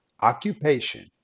Occupation